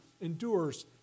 endures